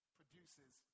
produces